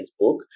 Facebook